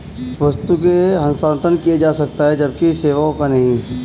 वस्तु का हस्तांतरण किया जा सकता है जबकि सेवाओं का नहीं